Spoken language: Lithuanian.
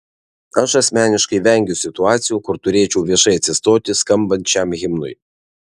aš asmeniškai vengiu situacijų kur turėčiau viešai atsistoti skambant šiam himnui